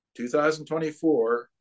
2024